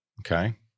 Okay